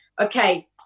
Okay